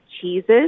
cheeses